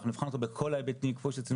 אנחנו נבחן אותו בכל ההיבטים כמו שעשינו